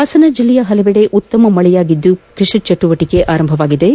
ಹಾಸನ ಜಿಲ್ಲೆಯ ಪಲವೆಡೆ ಉತ್ತಮ ಮಳೆಯಾಗಿದ್ದು ಕೈಷಿ ಚಟುವಟಕೆ ಆರಂಭಗೊಂಡಿವೆ